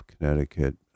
Connecticut